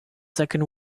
second